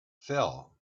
fell